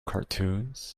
cartoons